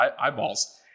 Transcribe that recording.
eyeballs